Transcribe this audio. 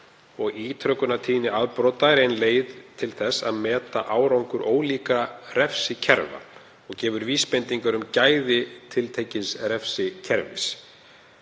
er ítrekunartíðni afbrota ein leið til þess að meta árangur ólíkra refsikerfa og gefur vísbendingar um gæði tiltekins refsikerfis.